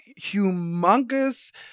humongous